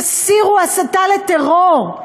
תסירו הסתה לטרור.